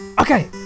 Okay